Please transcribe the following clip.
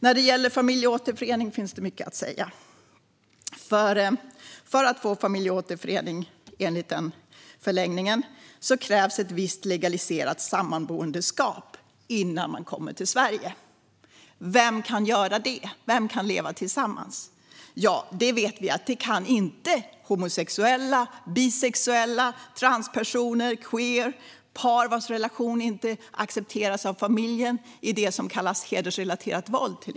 När det gäller familjeåterförening finns det mycket att säga. För att få familjeåterförening enligt förlängningen av lagen krävs ett visst legaliserat sammanboendeskap innan man kommer till Sverige. Vem kan leva tillsammans? Vi vet att det kan till exempel inte homosexuella, bisexuella, transpersoner, queerpersoner, par vars relation inte accepteras av familjen i det som kallas hedersrelaterat våld.